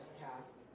cast